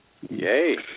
Yay